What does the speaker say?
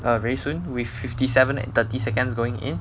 err very soon with fifty seven and thirty seconds going in